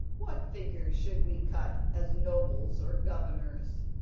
what figures should we cut as nobles or governors?